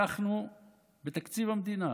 לקחנו בתקציב המדינה